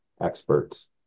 experts